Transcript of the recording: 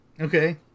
Okay